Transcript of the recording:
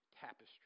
tapestry